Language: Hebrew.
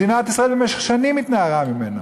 מדינת ישראל במשך שנים התנערה ממנו.